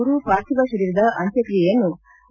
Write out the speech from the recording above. ಗುರು ಪಾರ್ಥಿವ ಶರೀರದ ಅಂತ್ಯಕ್ಷಿಯೆಯನ್ನು ಕೆ